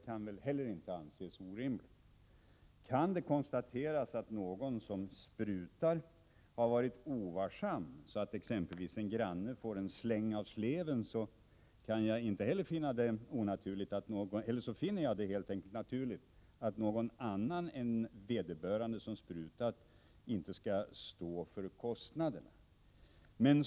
Kan det konstateras att någon som sprutat har varit ovarsam, så att exempelvis en granne fått ”en släng av sleven”, finner jag det naturligt att ingen annan än vederbörande som sprutat skall stå för kostnaderna.